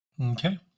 Okay